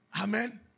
Amen